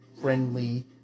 friendly